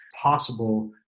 possible